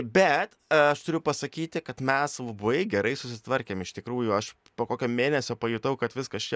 bet aš turiu pasakyti kad mes labai gerai susitvarkėm iš tikrųjų aš po kokio mėnesio pajutau kad viskas čia